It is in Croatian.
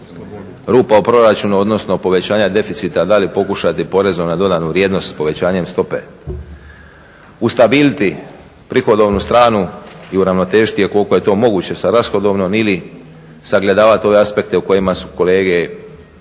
rupa u proračunu, odnosno povećanja deficita da li pokušati porezom na dodanu vrijednost povećanjem stope ustabiliti prihodovnu stranu i uravnotežiti je koliko je to moguće sa rashodovnom ili sagledavati ove aspekte u kojima su kolege u